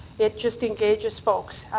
it just engages folks.